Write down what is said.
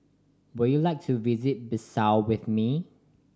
would you like to visit Bissau with me